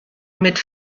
mit